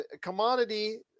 commodity